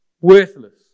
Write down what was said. worthless